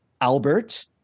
Albert